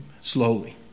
slowly